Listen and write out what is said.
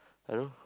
I don't know